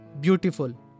beautiful